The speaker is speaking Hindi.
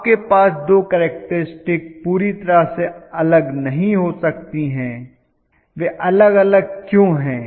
आपके पास दो केरक्टरिस्टिक्स पूरी तरह से अलग नहीं हो सकती हैं वे अलग क्यों हैं